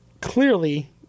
clearly